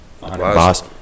Boss